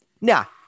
Now